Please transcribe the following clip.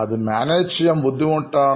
അത് മാനേജ് ചെയ്യാൻ അല്പം ബുദ്ധിമുട്ടാണ്